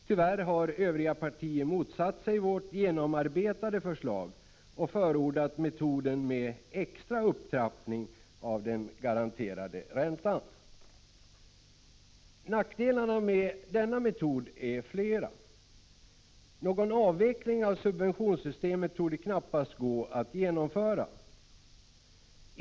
Tyvärr har övriga partier motsatt sig vårt genomarbetade förslag och förordat metoden med extra upptrappning av den garanterade räntan. Nackdelarna med denna metod är flera. Någon avveckling av subventionssystemet torde knappast gå att genomföra.